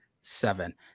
seven